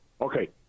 Okay